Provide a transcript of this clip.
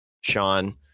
Sean